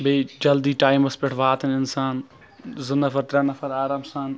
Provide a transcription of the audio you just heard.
بیٚیہِ جلدی ٹایمَس پٮ۪ٹھ واتان اِنسان زٕ نفر ترٛےٚ نفر آرام سان